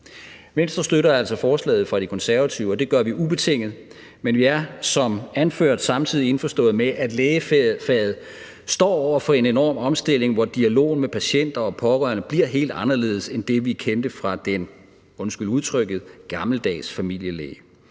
Venstre støtter altså forslaget fra De Konservative, og det gør vi ubetinget, men vi er som anført samtidig indforståede med, at lægefaget står over for en enorm omstilling, hvor dialogen med patienter og pårørende bliver helt anderledes end det, vi kendte fra den, undskyld udtrykket, gammeldags familielæge.